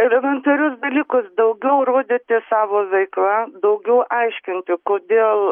elementarius dalykus daugiau rodyti savo veikla daugiau aiškinti kodėl